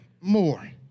more